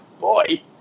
Boy